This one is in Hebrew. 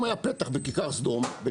אם היה פתח בכיכר סדום,